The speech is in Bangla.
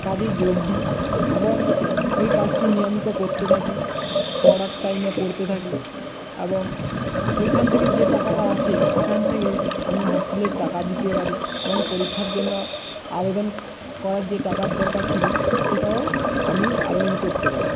কাজে যোগ দিই এবং ওই কাজটি নিয়মিত করতে থাকি পড়ার টাইমে পড়তে থাকি এবং ওইখান থেকে যে টাকাটা আসে সেখান থেকে আমি হস্টেলের টাকা দিতে পারি এবং পরীক্ষার জন্য আবেদন করার যে টাকার দরকার ছিল সেটাও আমি আবেদন করতে পারি